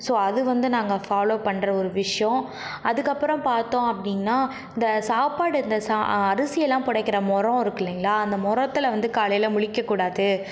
so அது வந்து நாங்கள் ஃபாலோ பண்ணுற ஒரு விஷயம் அதுக்கப்புறம் பார்த்தோம் அப்படினா இந்த சாப்பாடு இந்த அரிசியெல்லாம் புடைக்கிற முறம் இருக்கில்லைங்களா அந்த முறத்துல வந்து காலையில் முழிக்க கூடாது